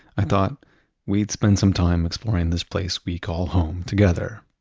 i thought we'd spend some time exploring this place we call home together.